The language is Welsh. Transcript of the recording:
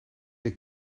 deg